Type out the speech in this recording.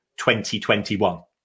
2021